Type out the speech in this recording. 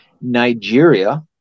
Nigeria